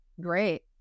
great